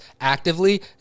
actively